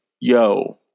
yo